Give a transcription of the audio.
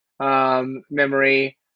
Memory